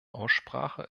aussprache